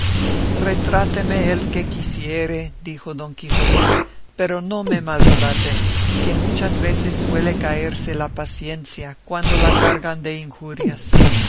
apeles retráteme el que quisiere dijo don quijote pero no me maltrate que muchas veces suele caerse la paciencia cuando la cargan de injurias